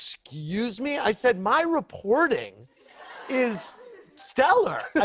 excuse me? i said, my reporting is stellar,